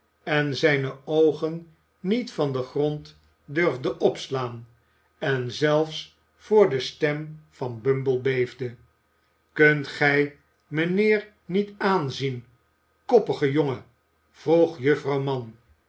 en zijne oogen niet van den grond durfde opslaan en zelfs voor de stem van bumble beefde kunt gij mijnheer niet aanzien koppige jongen vrceg juffrouw mann